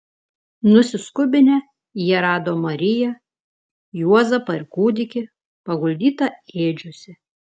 nusiskubinę jie rado mariją juozapą ir kūdikį paguldytą ėdžiose